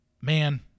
man